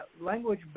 language